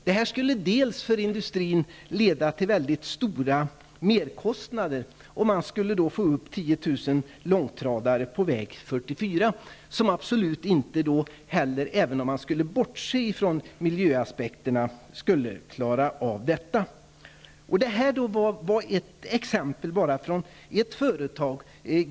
Det skulle leda till mycket stora merkostnader för industrin, och det skulle dessutom innebära 10 000 långtradare på väg 44, som, även om man bortser från miljöaspekterna, absolut inte skulle klara av detta. Detta var ett exempel från ett företag.